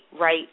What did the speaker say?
right